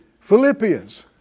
Philippians